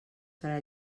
farà